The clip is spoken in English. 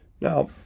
Now